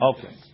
Okay